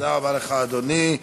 תודה רבה לך, אדוני.